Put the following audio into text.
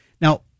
Now